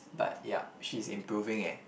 but yup she's improving eh